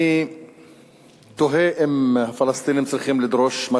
אני תוהה אם הפלסטינים צריכים לדרוש מה